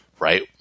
Right